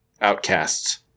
outcasts